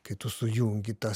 kai tu sujungi tą